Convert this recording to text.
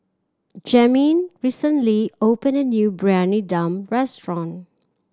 Jamin recently opened a new Briyani Dum restaurant